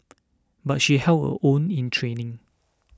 but she held her own in training